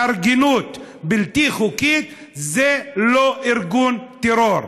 התארגנות בלתי חוקית זה לא ארגון טרור.